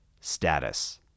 Status